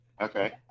Okay